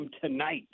Tonight